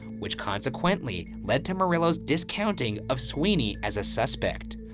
which consequently led to merylo's discounting of sweeney as a suspect.